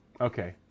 Okay